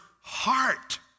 heart